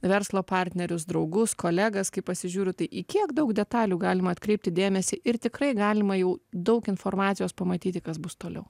verslo partnerius draugus kolegas kai pasižiūriu tai į kiek daug detalių galima atkreipti dėmesį ir tikrai galima jau daug informacijos pamatyti kas bus toliau